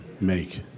make